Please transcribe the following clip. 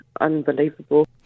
unbelievable